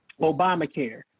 Obamacare